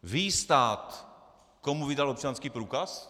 Ví stát, komu vydal občanský průkaz?